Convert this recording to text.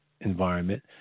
environment